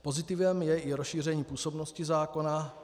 Pozitivem je i rozšíření působnosti zákona.